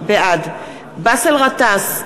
בעד באסל גטאס,